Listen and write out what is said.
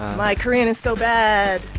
my korean is so bad